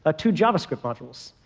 ah to javascript modules.